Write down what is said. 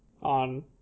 on